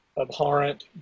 abhorrent